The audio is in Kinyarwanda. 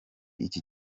iki